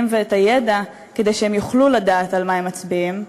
והידע כדי שהם יוכלו לדעת על מה הם מצביעים.